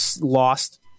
lost